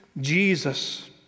Jesus